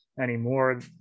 anymore